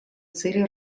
цели